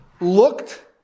looked